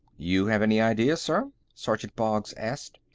you have any ideas, sir? sergeant boggs asked.